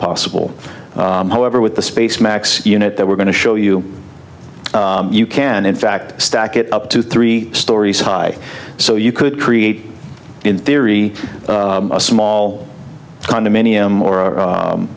possible however with the space max unit that we're going to show you you can in fact stack it up to three storeys high so you could create in theory a small condominium or